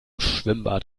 schwimmbad